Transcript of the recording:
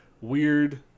weird